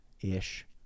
ish